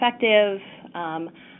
effective